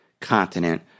continent